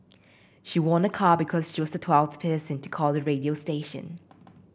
she won a car because she was the twelfth person to call the radio station